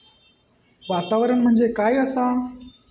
वातावरण म्हणजे काय आसा?